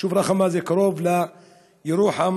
היישוב רכמה קרוב לירוחם.